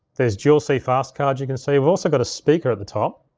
there's dual cfast cards you can see. we've also got a speaker at the top.